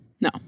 No